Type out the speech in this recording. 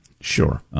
Sure